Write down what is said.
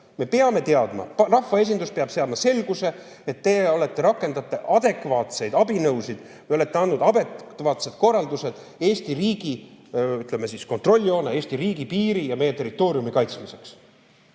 Me peame teadma! Rahvaesindus peab saama selguse, et te rakendate adekvaatseid abinõusid või olete andnud adekvaatsed korraldused Eesti riigi kontrolljoone, Eesti riigipiiri ja meie territooriumi kaitsmiseks.